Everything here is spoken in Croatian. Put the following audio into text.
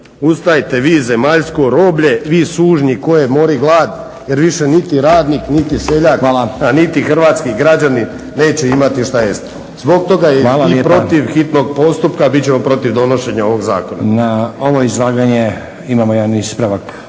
"Ustajte vi zemaljsko roblje, vi sužnji koje mori glad" jer više niti radnik, niti seljak, niti hrvatski građanin neće imati što jesti. Zbog toga i protiv hitnog postupka bit ćemo protiv donošenja ovog zakona.